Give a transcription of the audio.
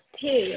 ठीक ऐ